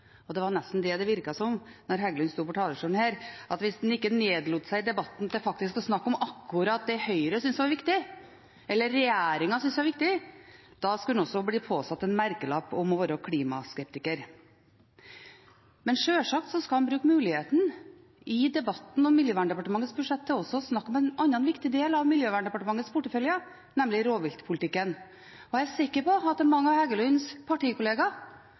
Det var nesten det det virket som da Heggelund sto på talerstolen her, at hvis en ikke nedlot seg i debatten til faktisk å snakke om akkurat det Høyre syntes var viktig, eller det regjeringen syntes var viktig, skulle en bli påsatt en merkelapp om å være klimaskeptiker. Sjølsagt skal en bruke muligheten i debatten om Miljøverndepartementets budsjett til også å snakke om en annen viktig del av Miljøverndepartementets portefølje, nemlig rovviltpolitikken. Jeg er sikker på at det er mange av Heggelunds partikollegaer,